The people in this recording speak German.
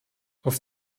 auf